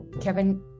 kevin